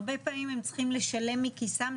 הרבה פעמים הם צריכים לשלם מכיסם,